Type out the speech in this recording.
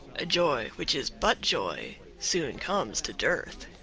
a joy which is but joy soon comes to dearth.